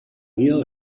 heel